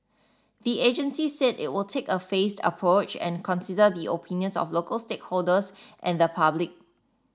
the agency said it will take a phased approach and consider the opinions of local stakeholders and the public